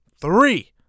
three